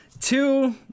Two